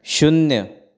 शुन्य